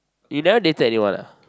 you never dated anyone ah